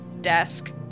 desk